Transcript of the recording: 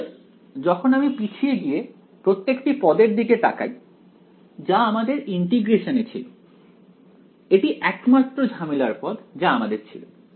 অতএব যখন আমি পিছিয়ে গিয়ে প্রত্যেকটি পদের দিকে তাকাই যা আমাদের ইন্টিগ্রেশনে ছিল এটি একমাত্র ঝামেলার পদ যা আমাদের ছিল